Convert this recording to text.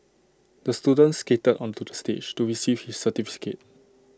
the student skated onto the stage to receive his certificate